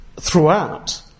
throughout